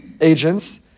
agents